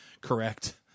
correct